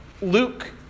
Luke